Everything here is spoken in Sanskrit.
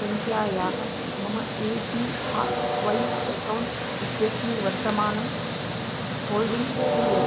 सङ्ख्यायाः मम ए पी ह वय् अकौण्ट् इत्यस्मिन् वर्तमानं होल्डिङ्ग् कियत्